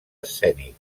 escènic